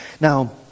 Now